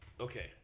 Okay